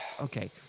okay